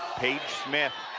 paige smith